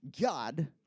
God